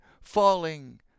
falling